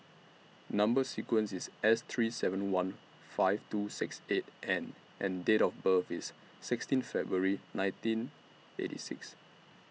Number sequence IS S three seven one five two six eight N and Date of birth IS sixteen February nineteen eighty six